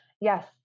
Yes